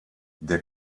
der